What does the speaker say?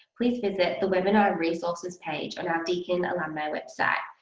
please visit the webinar resources page on our deakin alumni website.